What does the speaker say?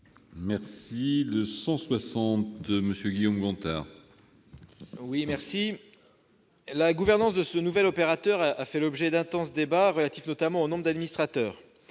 parole est à M. Guillaume Gontard. La gouvernance de ce nouvel opérateur a fait l'objet d'intenses débats, relatifs notamment au nombre d'administrateurs.